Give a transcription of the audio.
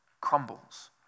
crumbles